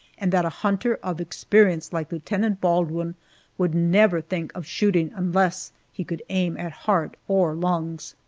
and that a hunter of experience like lieutenant baldwin would never think of shooting unless he could aim at heart or lungs.